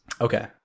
Okay